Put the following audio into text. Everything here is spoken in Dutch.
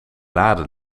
lade